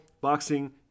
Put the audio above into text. boxing